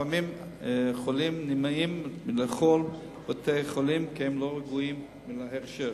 לפעמים חולים נמנעים מלאכול בבתי-חולים כי הם לא רגועים מן ההכשר.